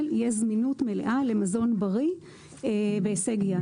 יהיה זמינות מלאה למזון בריא בהישג יד.